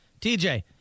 TJ